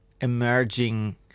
emerging